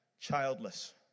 childless